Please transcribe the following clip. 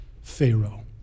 Pharaoh